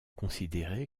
considéré